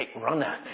runner